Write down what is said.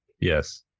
Yes